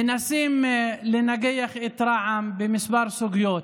מנסים לנגח את רע"מ בכמה סוגיות.